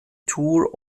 tour